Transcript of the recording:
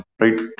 right